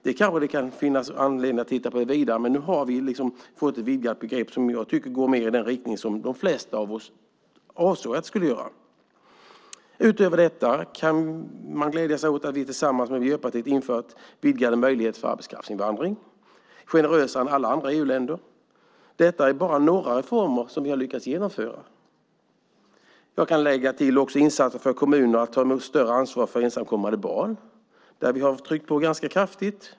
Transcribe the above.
Det kanske finns anledning att titta ytterligare på detta, men nu har vi fått ett vidgat begrepp som går mer i den riktning som de flesta av oss avsåg att det skulle göra. Utöver detta kan vi glädjas åt att vi tillsammans med Miljöpartiet har infört vidgade möjligheter för arbetskraftsinvandring - generösare än alla andra EU-länder. Detta är bara några reformer som vi har lyckats genomföra. Jag kan också lägga till insatser för kommuner för att de ska ta större ansvar för att ta emot ensamkommande barn. Där har vi tryckt på ganska kraftigt.